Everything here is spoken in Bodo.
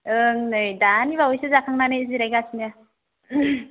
ओं नै दानिबावैसो जाखांनानै जिरायगासिनो